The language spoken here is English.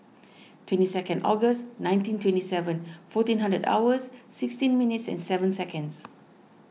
twenty second August nineteen twenty seven fourteen hundred hours sixteen minutes and seven seconds